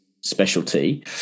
specialty